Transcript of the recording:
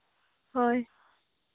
ᱦᱳᱭ